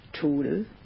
tool